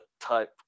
type